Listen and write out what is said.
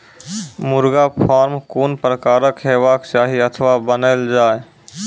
मुर्गा फार्म कून प्रकारक हेवाक चाही अथवा बनेल जाये?